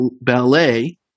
Ballet